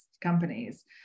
companies